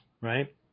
right